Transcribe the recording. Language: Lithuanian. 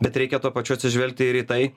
bet reikia tuo pačiu atsižvelgti ir į tai